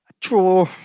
draw